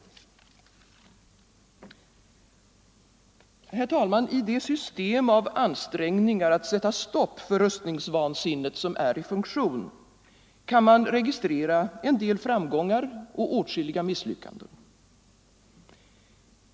Herr talman! I det system av ansträngningar att sätta stopp för rustningsvansinnet som är i funktion kan man registrera en del framgångar och åtskilliga misslyckanden.